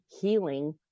Healing